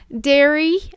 dairy